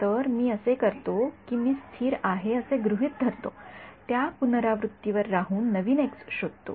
तर मी असे करतो की मी स्थिर आहे असे गृहीत धरतो त्या पुनरावृत्तीवर राहून नवीन एक्स शोधतो